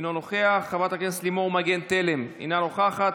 אינו נוכח, חברת הכנסת לימור מגן תלם, אינה נוכחת,